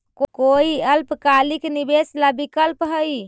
कोई अल्पकालिक निवेश ला विकल्प हई?